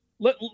Let